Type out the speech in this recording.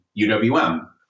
UWM